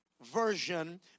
version